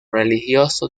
religioso